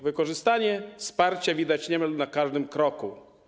Wykorzystanie wsparcia widać niemal na każdym kroku.